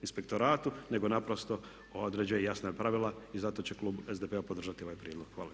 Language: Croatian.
inspektoratu nego naprosto određuje jasna pravila i zato će klub SDP-a podržati ovaj prijedlog. Hvala